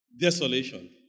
desolation